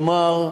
כלומר,